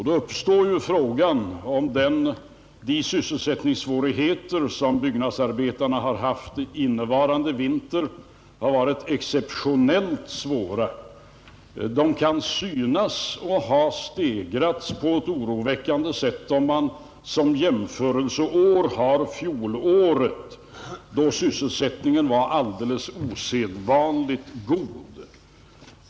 Då uppstår emellertid frågan, om de sysselsättningssvårigheter, som byggnadsarbetarna har haft innevarande vinter, har varit exceptionellt stora. De kan synas ha stegrats på ett oroväckande sätt, om man som en jämförelse tar fjolåret, då sysselsättningen var osedvanligt god.